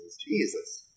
Jesus